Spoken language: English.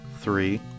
three